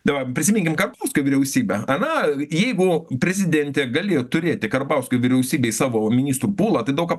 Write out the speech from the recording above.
dabar prisiminkim karbauskio vyriausybę ana jeigu prezidentė galėjo turėti karbauskio vyriausybėj savo ministrų pūlą tai daug ką